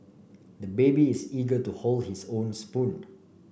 the baby is eager to hold his own spoon